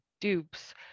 dupes